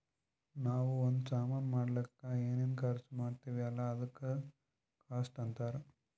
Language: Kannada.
ನಾವೂ ಒಂದ್ ಸಾಮಾನ್ ಮಾಡ್ಲಕ್ ಏನೇನ್ ಖರ್ಚಾ ಮಾಡ್ತಿವಿ ಅಲ್ಲ ಅದುಕ್ಕ ಕಾಸ್ಟ್ ಅಂತಾರ್